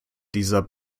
dieser